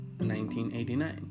1989